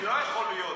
לא יכול להיות,